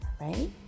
right